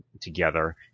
together